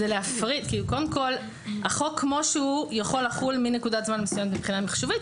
החוק כמו שהוא יכול לחול מנקודת זמן מסוימת מבחינה מחשובית